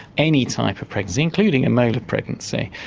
any type of pregnancy including a molar pregnancy.